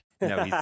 no